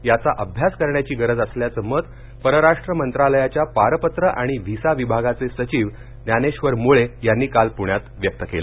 याचा अभ्यास करण्याची गरज असल्याचं मत परराष्ट्र मंत्रालयाच्या पारपत्र आणि व्हिसा विभागाचे सचिव ज्ञानेश्वर मुळे यांनी काल पुण्यात व्यक्त केलं